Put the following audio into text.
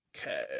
Okay